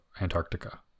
Antarctica